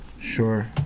Sure